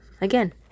Again